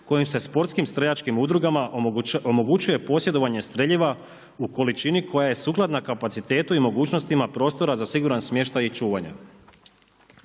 kojim se sportskim streljačkim udrugama omogućuje posjedovanje streljiva u količini koja je sukladna kapacitetu i mogućnostima prostora za siguran smještaj i čuvanja.